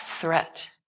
threat